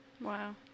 wow